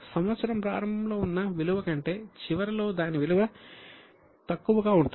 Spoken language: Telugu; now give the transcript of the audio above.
సంవత్సరం ప్రారంభంలో ఉన్న విలువ కంటే చివరిలో దాని విలువ తక్కువగా ఉంటుంది